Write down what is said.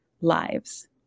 lives